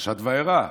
פרשת וארא,